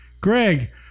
Greg